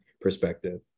perspective